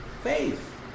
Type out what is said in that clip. Faith